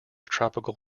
tropical